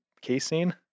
casein